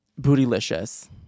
bootylicious